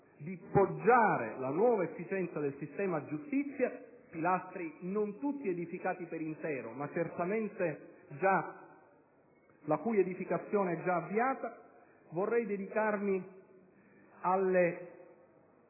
di poggiare la nuova efficienza del sistema giustizia (pilastri non tutti edificati per intero, ma la cui edificazione è già certamente avviata), vorrei dedicarmi alle